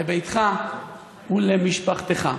לביתך ולמשפחתך.